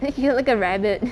you're like a rabbit